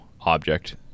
object